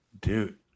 dude